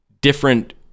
different